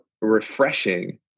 refreshing